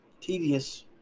tedious